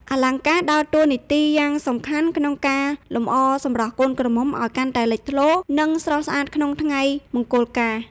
អលង្ការដើរតួនាទីយ៉ាងសំខាន់ក្នុងការលម្អសម្រស់កូនក្រមុំឲ្យកាន់តែលេចធ្លោ និងស្រស់ស្អាតក្នុងថ្ងៃមង្គលការ។